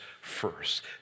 first